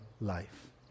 life